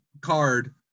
card